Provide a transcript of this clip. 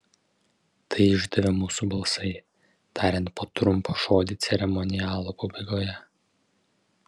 tai išdavė mūsų balsai tariant po trumpą žodį ceremonialo pabaigoje